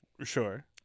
Sure